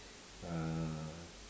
uh